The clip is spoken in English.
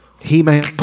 He-Man